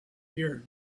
year